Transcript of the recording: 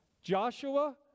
Joshua